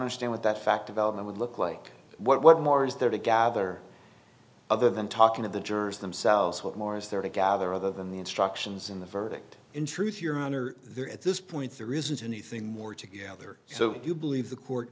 understand what that fact development would look like what more is there to gather other than talking at the jurors themselves what more is there to gather other than the instructions in the verdict in truth your honor there at this point there isn't anything more together so if you believe the court